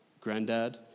granddad